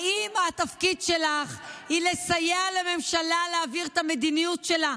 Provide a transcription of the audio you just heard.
האם התפקיד שלך הוא לסייע לממשלה להעביר את המדיניות שלה?